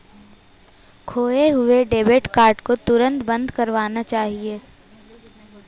खोये हुए debit card को तुरंत बंद करवाना चाहिए